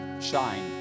shine